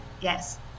Yes